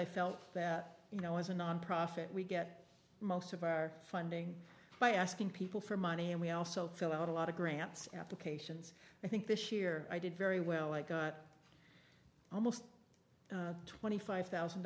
i felt that you know as a nonprofit we get most of our funding by asking people for money and we also fill out a lot of grants applications i think this year i did very well i got almost twenty five thousand